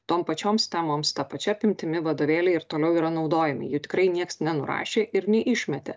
tom pačioms temoms ta pačia apimtimi vadovėliai ir toliau yra naudojami jų tikrai nieks nenurašė ir neišmetė